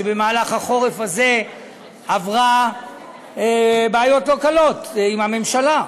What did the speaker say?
שבמהלך החורף הזה עברה בעיות לא קלות עם הממשלה,